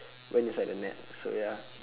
went inside the net so ya